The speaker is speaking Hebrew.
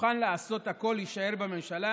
מוכן לעשות הכול כדי להישאר בממשלה,